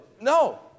No